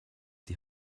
die